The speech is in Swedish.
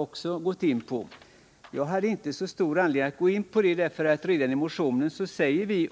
Jag gick inte in på det utförligare, därför att redan i motionen säger vi